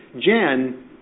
Jen